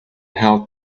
how